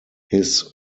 his